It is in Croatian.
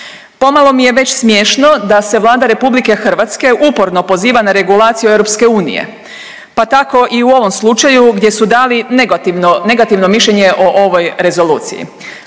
Pomalo mi je već smiješno da se Vlada Republike Hrvatske uporno poziva na regulaciju EU, pa tako i u ovom slučaju gdje su dali negativno mišljenje o ovoj rezoluciji.